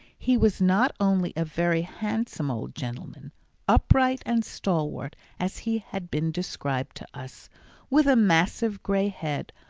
he was not only a very handsome old gentleman upright and stalwart as he had been described to us with a massive grey head,